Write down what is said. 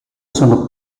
sono